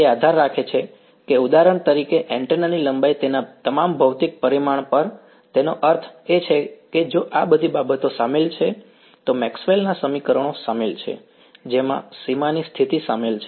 તે આધાર રાખે છે ઉદાહરણ તરીકે એન્ટેના ની લંબાઈ તેના તમામ ભૌતિક પરિમાણ પર તેનો અર્થ એ છે કે જો આ બધી બાબતો સામેલ છે તો મેક્સવેલ ના સમીકરણો સામેલ છે જેમાં સીમાની સ્થિતિ સામેલ છે